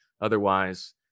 Otherwise